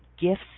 gifts